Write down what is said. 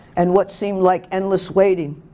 and what seemed like endless waiting.